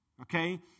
Okay